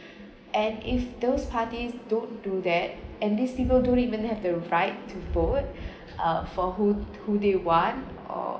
and if those parties don't do that and these people don't even have the right to forward uh for who who they want or